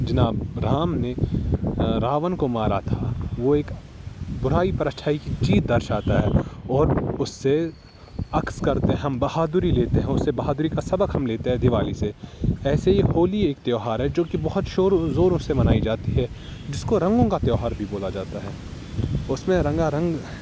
جناب رام نے راون کو مارا تھا وہ ایک برائی پر اچھائی کی جیت درشاتا ہے اور اس سے اخذ کرتے ہیں ہم بہادری لیتے ہیں اس سے بہادری کا سبق ہم لیتے ہیں دیوالی سے ایسے ہی ہولی ایک تہوار ہے جوکہ بہت شور زورو سے منائی جاتی ہے جس کو رنگوں کا تہوار بھی بولا جاتا ہے اس میں رنگا رنگ